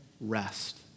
rest